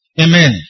Amen